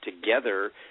together